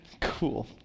cool